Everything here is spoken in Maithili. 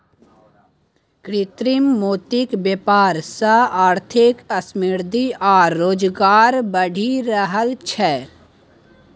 कृत्रिम मोतीक बेपार सँ आर्थिक समृद्धि आ रोजगार बढ़ि रहल छै